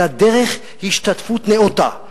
אלא דרך השתתפות נאותה,